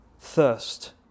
thirst